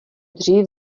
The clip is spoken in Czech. dřív